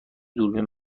دوربین